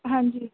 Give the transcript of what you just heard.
हां जी